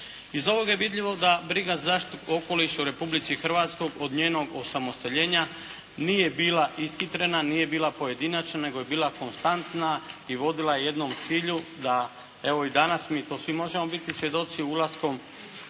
Iz ovoga je vidljivo da briga za zaštitu okoliša u Republici Hrvatskoj od njenog osamostaljenja nije bila ishitrena, nije bila pojedinačna nego je bila konstantna i vodila je jednom cilju da, evo i danas mi to svi možemo biti svjedoci, ulaskom